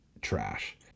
trash